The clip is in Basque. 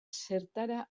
zertara